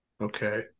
Okay